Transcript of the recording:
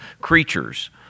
creatures